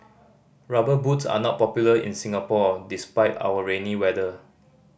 Rubber Boots are not popular in Singapore despite our rainy weather